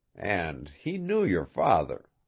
and he knew your father.